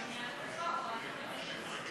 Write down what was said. פגיעה בחופש הביטוי וסתימת פיות בחסות משרד